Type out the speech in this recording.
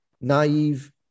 naive